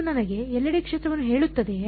ಇದು ನನಗೆ ಎಲ್ಲೆಡೆ ಕ್ಷೇತ್ರವನ್ನು ಹೇಳುತ್ತದೆಯೇ